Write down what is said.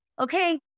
okay